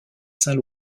saint